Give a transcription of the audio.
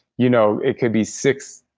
you know it could be six,